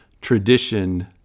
tradition